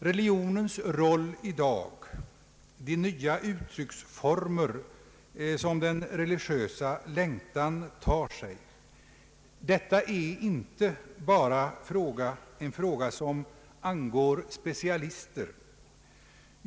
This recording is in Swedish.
Religionens roll i dag och de nya uttrycksformer som den religiösa längtan tar sig är inte bara en fråga som angår specialister.